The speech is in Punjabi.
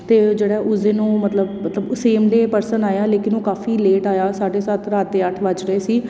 ਅਤੇ ਜਿਹੜਾ ਉਸ ਦਿਨ ਨੂੰ ਮਤਲਬ ਮਤਲਬ ਸੇਮ ਡੇਅ ਪਰਸਨ ਆਇਆ ਲੇਕਿਨ ਉਹ ਕਾਫੀ ਲੇਟ ਆਇਆ ਸਾਢੇ ਸੱਤ ਰਾਤ ਦੇ ਅੱਠ ਵੱਜ ਰਹੇ ਸੀ